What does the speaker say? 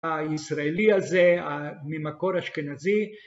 הישראלי הזה ממקור אשכנזי